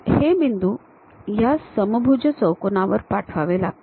हे बिंदू या समभुज चौकोनावर पाठवावे लागतील